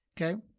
okay